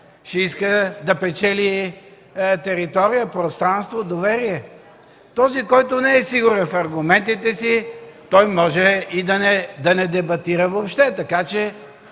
ще иска да печели територия, пространство, доверие. Този, който не е сигурен в аргументите си, той може и да не дебатира въобще. Така че